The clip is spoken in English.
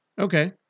Okay